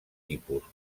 tipus